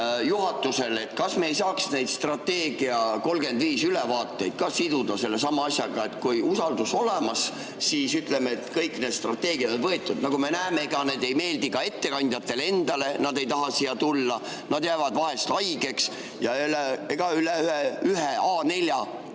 juhatusele, et kas me ei saaks neid strateegia 35 ülevaateid ka siduda sellesama asjaga? Kui usaldus olemas, siis ütleme, et kõik need strateegiad on [vastu] võetud. Nagu me näeme, ega need ei meeldi ka ettekandjatele endile, nad ei taha siia tulla, nad jäävad vahel haigeks ja ega üle ühe A4 teksti